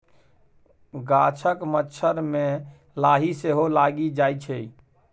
गाछक मज्जर मे लाही सेहो लागि जाइ छै